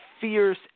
fierce